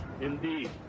indeed